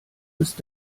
ist